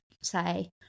say